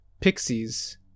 Pixies